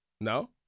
no